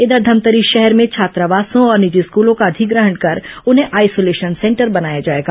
इधर धमतरी शहर में छात्रावासों और निजी स्कूलों का अधिग्रहण कर उन्हें आइसोलेशन सेंटर बनाया जाएगा